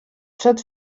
przed